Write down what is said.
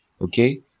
Okay